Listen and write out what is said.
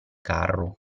carro